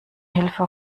hilfe